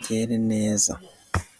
byere neza.